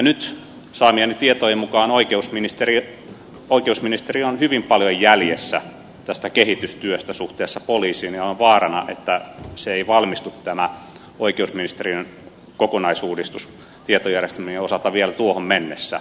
nyt saamieni tietojen mukaan oikeusministeriö on hyvin paljon jäljessä tästä kehitystyöstä suhteessa poliisiin ja on vaarana että tämä oikeusministeriön kokonaisuudistus ei valmistu tietojärjestelmien osalta vielä tuohon mennessä